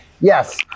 Yes